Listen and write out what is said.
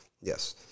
Yes